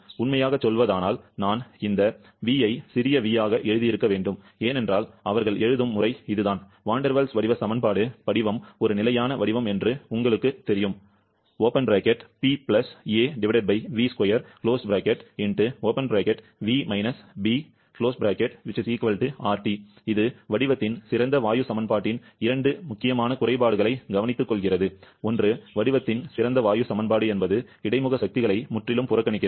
உண்மையாகச் சொல்வதானால் நான் இந்த V ஐ சிறிய v ஆக எழுதியிருக்க வேண்டும் ஏனென்றால் அவர்கள் எழுதும் முறை இதுதான் வான் டெர் வால்ஸ் வடிவ சமன்பாடு படிவம் ஒரு நிலையான வடிவம் என்று உங்களுக்குத் தெரியும் இது வடிவத்தின் சிறந்த வாயு சமன்பாட்டின் இரண்டு முக்கியமான குறைபாடுகளைக் கவனித்துக்கொள்கிறது ஒன்று வடிவத்தின் சிறந்த வாயு சமன்பாடு என்பது இடைமுக சக்திகளை முற்றிலும் புறக்கணிக்கிறது